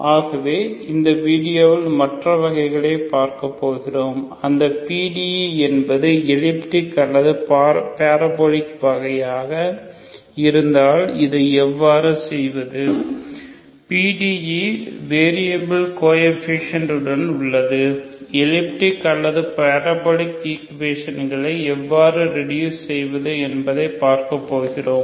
ஆகவே இந்த வீடியோவில் மற்ற வகைகளை பார்க்கப் போகிறோம் அந்த PDE என்பது எலிப்டிக் அல்லது பரபோலிக் வகையாக இருந்தால் இதை எவ்வாறு செய்வது PDE வெரியபில் கோஎஃபீஷியேன்ட் உடன் உள்ள எலிப்டிக் அல்லது பரபோலிக் ஈக்குவேஷன் களை எவ்வாறு ரெடூஸ் செய்வது என்பதையும் பார்க்கப்போகிறோம்